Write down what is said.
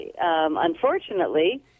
unfortunately